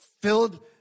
filled